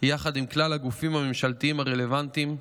יחד עם כלל הגופים הממשלתיים הרלוונטיים,